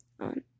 on